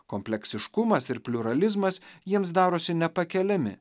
kompleksiškumas ir pliuralizmas jiems darosi nepakeliami